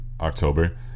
October